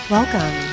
Welcome